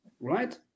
Right